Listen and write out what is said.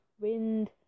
wind